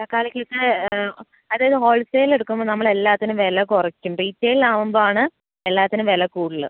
തൽക്കാലത്തേക്ക് അതായത് ഹോൾസെയ്ൽ എടുക്കുമ്പോൾ നമ്മൾ എല്ലാത്തിനും വില കുറയ്ക്കും റീറ്റെയ്ൽ ആവുമ്പോഴാണ് എല്ലാത്തിനും വില കൂടുതൽ